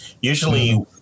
Usually